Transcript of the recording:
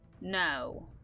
No